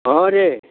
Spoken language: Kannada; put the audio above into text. ಹ್ಞೂಂ ರೀ